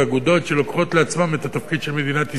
שלוקחות על עצמן את התפקיד של מדינת ישראל.